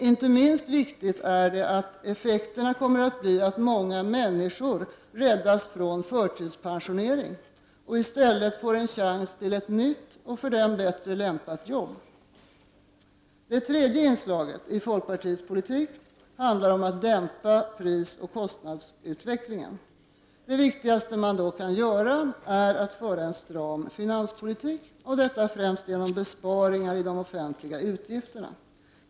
Inte minst viktigt är det att effekterna kommer att bli att många människor räddas från förtidspensionering och i stället ges en chans till ett nytt och för dem bättre lämpat jobb. Det tredje inslaget i folkpartiets politik handlar om att dämpa prisoch kostnadsutvecklingen. Det viktigaste man då kan göra är att föra en stram finanspolitik, och detta framför allt genom besparingar i de offentliga utgifterna.